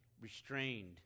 restrained